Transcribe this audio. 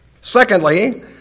Secondly